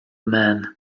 man